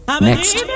next